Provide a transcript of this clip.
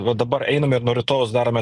va dabar einam ir nuo rytojaus darome